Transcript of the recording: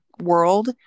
world